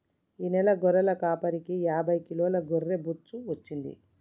ఈ నెల గొర్రెల కాపరికి యాభై కిలోల గొర్రె బొచ్చు వచ్చింది